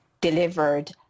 delivered